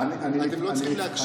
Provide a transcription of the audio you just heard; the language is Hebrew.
אתם לא צריכים להקשיב לו.